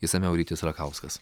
išsamiau rytis rakauskas